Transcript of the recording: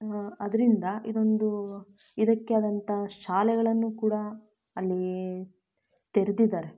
ಅದರಿಂದ ಇದೊಂದು ಇದಕ್ಕೇ ಆದಂಥ ಶಾಲೆಗಳನ್ನೂ ಕೂಡ ಅಲ್ಲಿ ತೆರೆದಿದಾರೆ